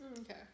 Okay